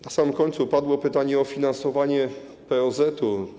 Na samym końcu padło pytanie o finansowanie POZ.